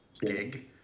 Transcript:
gig